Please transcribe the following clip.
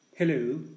Hello